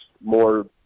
more